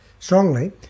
strongly